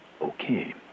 Okay